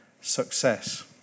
success